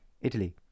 italy